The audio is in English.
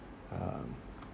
um